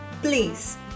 Please